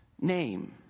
name